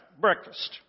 breakfast